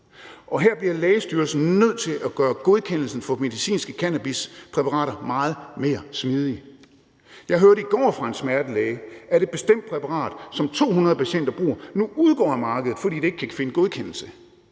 Her bliver Lægemiddelstyrelsen nødt til at gøre godkendelsen for medicinske cannabispræparater meget mere smidig. Jeg hørte i går fra en smertelæge , at et bestemt præparat, som 200 patienter bruger, nu udgår af markedet, fordi der ikke kan findes godkendelse